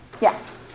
Yes